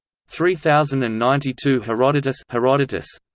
three thousand and ninety two herodotus herodotus